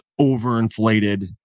overinflated